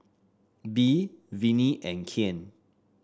Bee Vinnie and Kyan